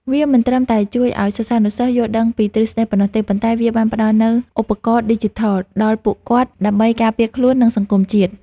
វាមិនត្រឹមតែជួយឱ្យសិស្សានុសិស្សយល់ដឹងពីទ្រឹស្ដីប៉ុណ្ណោះទេ ប៉ុន្តែវាបានផ្ដល់នូវ ឧបករណ៍ឌីជីថល ដល់ពួកគាត់ដើម្បីការពារខ្លួន និងសង្គមជាតិ។